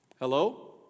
Hello